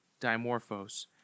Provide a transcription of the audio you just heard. Dimorphos